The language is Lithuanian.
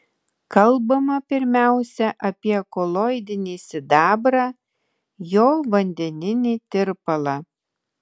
kalbama pirmiausia apie koloidinį sidabrą jo vandeninį tirpalą